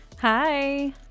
Hi